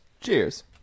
Cheers